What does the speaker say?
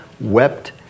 wept